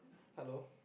hello